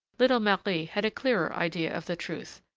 little marie had a clearer idea of the truth,